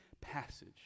passage